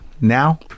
now